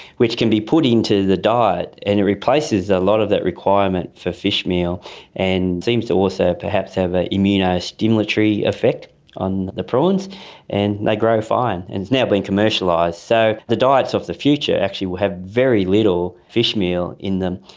which can be put into the diet and it replaces a lot of that requirement for fish meal and seems to also perhaps have an immunostimulatory effect on the prawns and they grow fine. and it has now been commercialised. so the diets of the future actually will have very little fish meal in them.